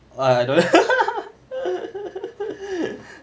ah I don't